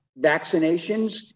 vaccinations